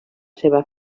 seva